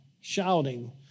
shouting